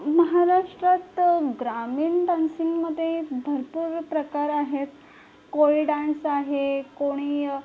महाराष्ट्रात ग्रामीण डांसिंगमध्ये भरपूर प्रकार आहेत कोळी डांस आहे कोणी